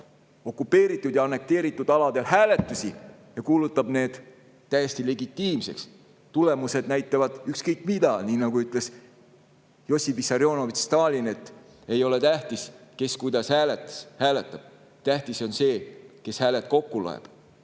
okupeeritud ja annekteeritud aladel hääletusi ja kuulutab need täiesti legitiimseks. Tulemused näitavad ükskõik mida. Nii nagu ütles Jossif Vissarionovitš Stalin, et ei ole tähtis, kes kuidas hääletab, tähtis on see, kes hääled kokku loeb.